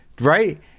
Right